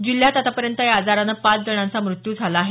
जिल्ह्यात आतापर्यंत या आजारानं पाच जणांचा मृत्यू झाला आहे